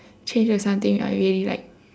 change to something I really like